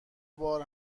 بار